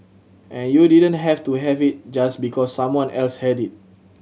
and you didn't have to have it just because someone else had it